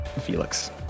Felix